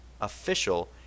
official